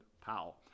Powell